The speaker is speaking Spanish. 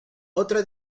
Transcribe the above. otra